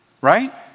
Right